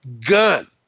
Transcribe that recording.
gun